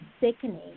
sickening